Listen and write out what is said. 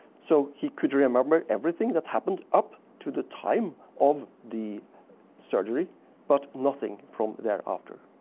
so he could remember everything that happened up to the time of the surgery but nothing from thereafter.